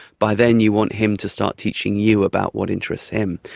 by then you want him to start teaching you about what interests him,